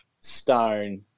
stone